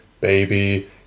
baby